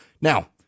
Now